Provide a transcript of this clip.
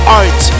art